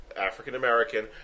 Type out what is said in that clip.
African-American